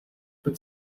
but